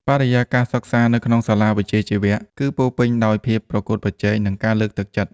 បរិយាកាសសិក្សានៅក្នុងសាលាវិជ្ជាជីវៈគឺពោរពេញដោយភាពប្រកួតប្រជែងនិងការលើកទឹកចិត្ត។